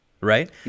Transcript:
right